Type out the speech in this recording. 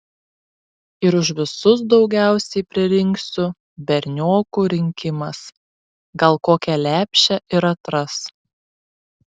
ir už visus daugiausiai pririnksiu berniokų rinkimas gal kokią lepšę ir atras